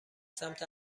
سمت